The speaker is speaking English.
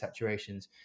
saturations